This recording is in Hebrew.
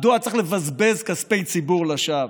מדוע צריך לבזבז כספי ציבור לשווא?